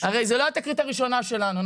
הרי זו לא התקרית הראשונה שלנו,